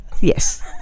Yes